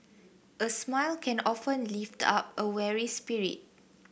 a smile can often lift up a weary spirit